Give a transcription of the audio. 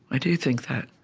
i do think that.